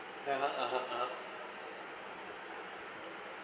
(uh huh) (uh huh) (uh huh)